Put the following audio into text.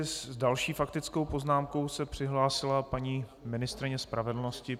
S další faktickou poznámkou se přihlásila paní ministryně spravedlnosti.